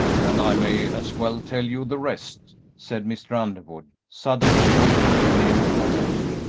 and i may as well tell you the rest, said mr. underwood, suddenly pausing near darrell,